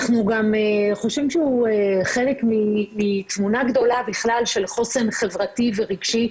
אנחנו גם חושבים שהוא חלק מתמונה גדולה בכלל של חוסן חברתי ורגשי,